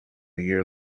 year